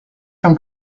from